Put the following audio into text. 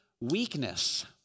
weakness